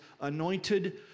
anointed